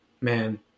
Man